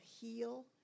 heal